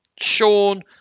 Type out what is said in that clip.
sean